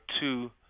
two